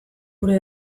gure